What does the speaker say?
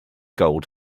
gold